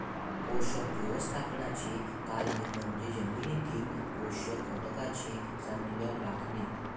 पोषक व्यवस्थापनाचे कार्य म्हणजे जमिनीतील पोषक घटकांचे संतुलन राखणे